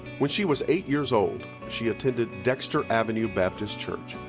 when she was eight years-old she attended dexter avenue baptist church,